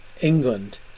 England